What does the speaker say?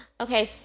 Okay